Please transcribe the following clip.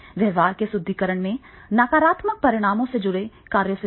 व्यवहार के सुदृढीकरण में नकारात्मक परिणामों से जुड़े कार्यों से बचें